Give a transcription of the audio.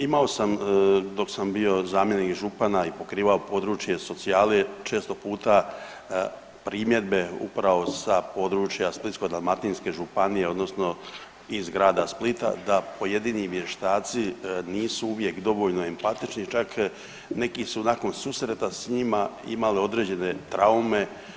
Imao sam dok sam bio zamjenik župana i pokrivao područje socijale često puta primjedbe upravo sa područja Splitsko-dalmatinske županije odnosno iz grada Splita da pojedini vještaci nisu uvijek dovoljno empatični, čak neki su nakon susreta s njima imali određene traume.